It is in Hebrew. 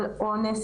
על אונס,